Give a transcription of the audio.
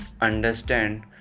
understand